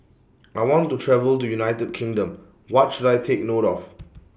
I want to travel to United Kingdom What should I Take note of